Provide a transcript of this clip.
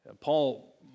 Paul